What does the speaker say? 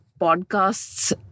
podcasts